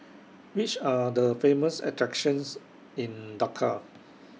Which Are The Famous attractions in Dhaka